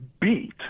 beat